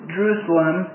Jerusalem